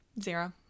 Zero